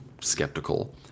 skeptical